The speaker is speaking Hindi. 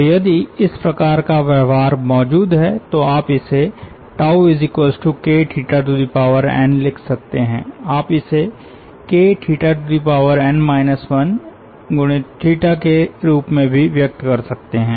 तो यदि इस प्रकार का व्यवहार मौजूद है तो आप इसे Kn लिख सकते है आप इसे Kn 1 के रूप में भी व्यक्त कर सकते हैं